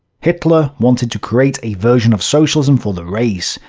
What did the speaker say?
hitler wanted to create a version of socialism for the race,